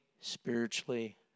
spiritually